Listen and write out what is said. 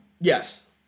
Yes